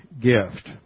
gift